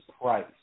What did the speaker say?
price